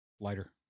lighter